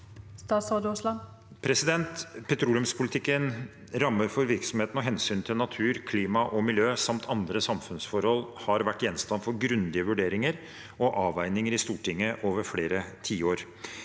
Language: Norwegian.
Petroleumspoli- tikkens rammer for virksomheten og hensynet til natur, klima og miljø samt andre samfunnsforhold har vært gjenstand for grundige vurderinger og avveininger i Stortinget over flere tiår.